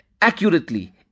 accurately